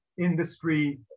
industry